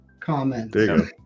comment